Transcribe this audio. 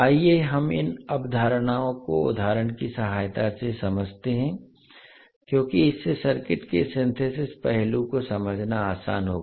आइए हम इन अवधारणाओं को उदाहरणों की सहायता से समझते हैं क्योंकि इससे सर्किट के सिंथेसिस पहलू को समझना आसान होगा